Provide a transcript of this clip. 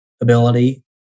ability